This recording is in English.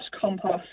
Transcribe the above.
compost